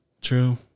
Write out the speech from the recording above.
True